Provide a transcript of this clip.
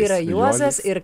yra juozas ir